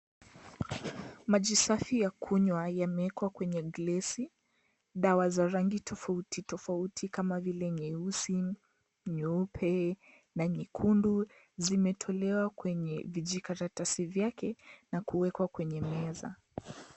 Maji safi ya kunywa yamewekwa kwenye glesi. Dawa za rangi tofauti tofauti kama vile nyeusi, nyeupe na nyekundu zimetolewa kwenye vijikaratasi vyake na kuwekwa kwenye meza.